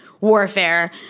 warfare